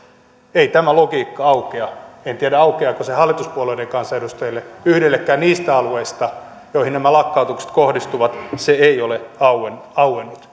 ei tämä logiikka aukea en tiedä aukeaako se hallituspuolueiden kansanedustajille yhdellekään niistä alueista joihin nämä lakkautukset kohdistuvat se ei ole auennut auennut